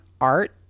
art